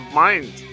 mind